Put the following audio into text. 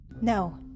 No